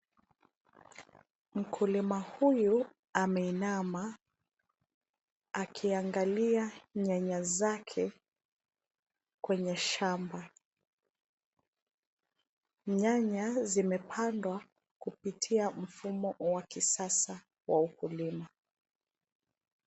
Mkulima huyu ameinama akiangalia nyanya zake kwenye shamba. Nyanya zimepandwa kupitia mfumo wa kisasa wa ukulima.